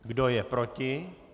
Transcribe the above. Kdo je proti?